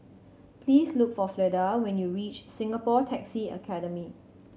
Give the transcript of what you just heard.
please look for Fleda when you reach Singapore Taxi Academy